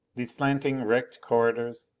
these slanting wrecked corridors.